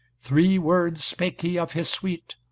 three words spake he of his sweet,